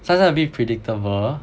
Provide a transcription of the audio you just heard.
sometimes a bit predictable